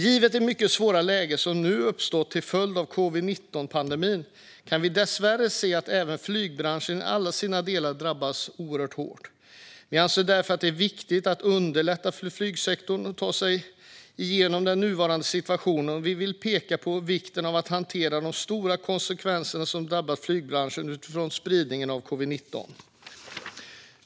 Givet det mycket svåra läge som nu uppstått till följd av covid-19-pandemin kan vi dessvärre se att även flygbranschen i alla sina delar drabbats oerhört hårt. Vi anser därför att det är viktigt att underlätta för flygsektorn att ta sig igenom den nuvarande situationen, och vi vill peka på vikten av att hantera de stora konsekvenserna som drabbat flygbranschen utifrån spridningen av covid-19.